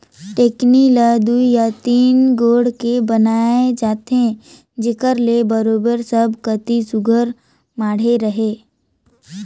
टेकनी ल दुई या तीन गोड़ के बनाए जाथे जेकर ले बरोबेर सब कती सुग्घर माढ़े रहें